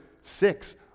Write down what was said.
six